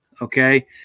Okay